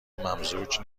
ممزوج